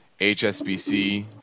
HSBC